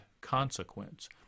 consequence